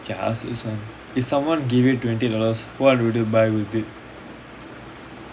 K I ask you this [one] if someone give you twenty dollars what will you buy with it